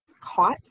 caught